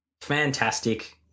fantastic